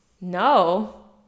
No